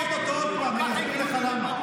אתם צריכים לתקן אותו עוד פעם, אני אסביר לך למה.